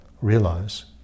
realize